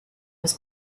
was